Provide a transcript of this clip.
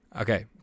Okay